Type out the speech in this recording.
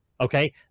okay